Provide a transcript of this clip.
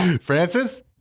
Francis